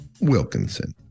Wilkinson